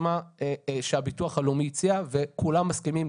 מה שהביטוח הלאומי הציע וכולם מסכימים,